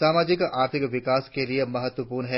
सामाजिक आर्थिक विकास के लिए महत्वपूर्ण है